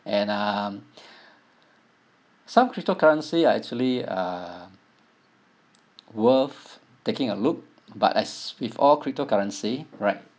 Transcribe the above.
and um some cryptocurrency are actually uh worth taking a look but as with all cryptocurrency right